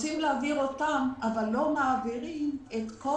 רוצים להעביר אותם, אבל לא מעבירים את כל